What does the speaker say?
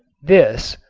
this,